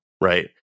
Right